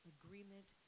agreement